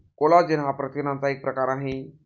collagen हा प्रथिनांचा एक प्रकार आहे